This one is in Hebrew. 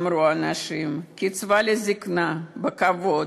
אמרו אנשים: קצבה לזיקנה בכבוד,